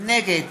נגד